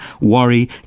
worry